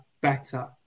better